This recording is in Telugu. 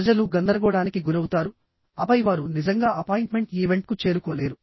ప్రజలు గందరగోళానికి గురవుతారుఆపై వారు నిజంగా అపాయింట్మెంట్ ఈవెంట్కు చేరుకోలేరు